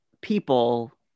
people